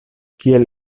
kiel